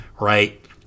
right